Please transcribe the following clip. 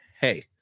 hey